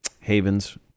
havens